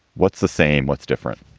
what's the same? what's different?